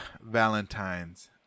Valentine's